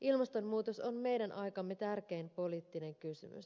ilmastonmuutos on meidän aikamme tärkein poliittinen kysymys